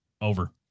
Over